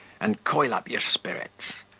and coil up your spirits.